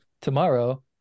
tomorrow